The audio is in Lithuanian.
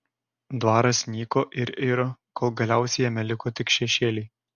dvaras nyko ir iro kol galiausiai jame liko tik šešėliai